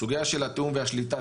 סוגיה של התיאום והשליטה,